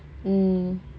mm